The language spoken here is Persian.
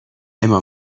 اما